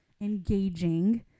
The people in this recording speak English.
engaging